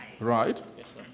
right